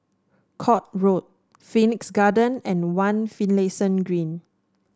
Court Road Phoenix Garden and One Finlayson Green